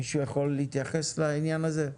מישהו יכול להתייחס לעניין הזה?